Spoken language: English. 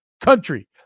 country